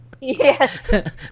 Yes